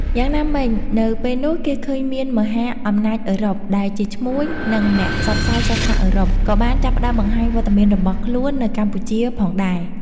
យ៉ាងណាមិញនៅពេលនោះគេឃើញមានមហាអំណាចអឺរ៉ុប ដែលជាឈ្មួញនិងអ្នកផ្សព្វផ្សាយសាសនាអឺរ៉ុប ក៏បានចាប់ផ្តើមបង្ហាញវត្តមានរបស់ខ្លួននៅកម្ពុជាផងដែរ។